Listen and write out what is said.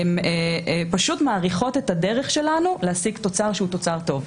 הן פשוט מאריכות את הדרך שלנו להשיג תוצר טוב,